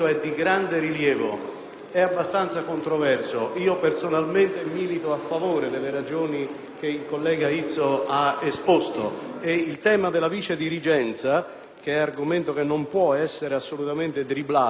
è abbastanza controverso: io personalmente milito a favore delle ragioni esposte dal collega Izzo. Il tema della vicedirigenza, che non può essere assolutamente dribblato anche in questa occasione,